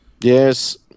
Yes